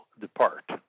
depart